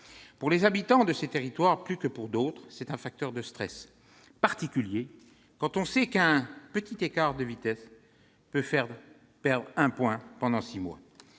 Pour les habitants de ces territoires, plus que pour d'autres, c'est un facteur de stress particulier, quand on sait qu'un petit écart de vitesse peut faire perdre un point pendant six mois.